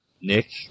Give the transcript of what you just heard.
Nick